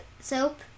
soap